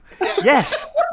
Yes